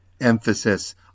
emphasis